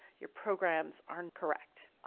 your programs aren't correct. um,